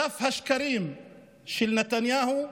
דף השקרים של נתניהו,